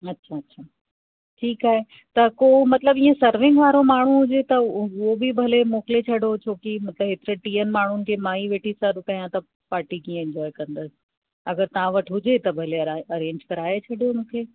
अच्छा अच्छा ठीकु आहे त को मतलबु इअं सर्विंग वारो माण्हू हुजे त उहो बि भले मोकिले छॾो छो कि मतलबु एतिरे टीहनि माण्हुनि खे मां ही वेठी सर्व कयां त पार्टी कीअं इंजॉय कंदसि अगरि तव्हां वटि हुजे त भले अ अरेंज कराए छॾियो मूंखे